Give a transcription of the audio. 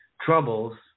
troubles